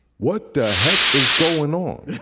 what the heck is going on?